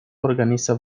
organiza